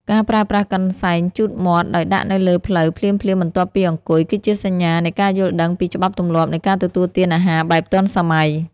ការប្រើប្រាស់កន្សែងជូតមាត់ដោយដាក់នៅលើភ្លៅភ្លាមៗបន្ទាប់ពីអង្គុយ គឺជាសញ្ញានៃការយល់ដឹងពីច្បាប់ទម្លាប់នៃការទទួលទានអាហារបែបទាន់សម័យ។